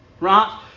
right